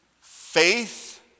Faith